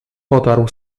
potarł